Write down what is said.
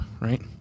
right